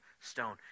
stone